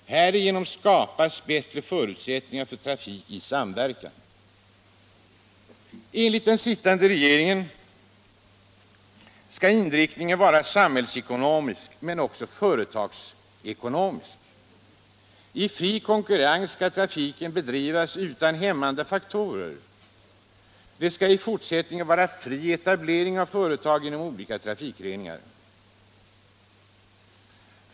Härigenom skapas bättre förutsättningar för trafik i samverkan.” Enligt den sittande regeringen skall inriktningen vara samhällsekonomisk, men också företagsekonomisk. I fri konkurrens skall trafiken bedrivas utan hämmande faktorer. Det skall i fortsättningen vara fri etablering av företag inom olika trafikgrenar.